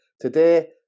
Today